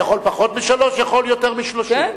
יכול בפחות משלוש, ויכול ביותר מ-30.